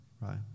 right